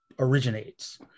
originates